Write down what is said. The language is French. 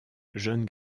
jeune